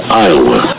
Iowa